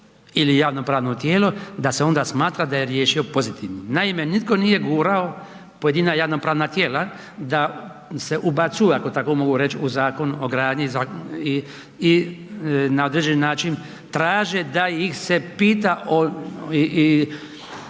ili javnopravno tijelo, da se onda smatra da je riješio pozitivnim. Naime, nitko nije gurao pojedina javnopravna tijela da se ubacuju, ako tako mogu reć, u Zakon o gradnji i na određeni način traže da ih se pita o